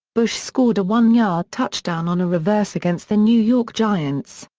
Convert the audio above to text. bush scored a one-yard touchdown on a reverse against the new york giants.